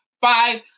five